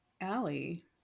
Allie